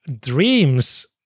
dreams